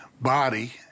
body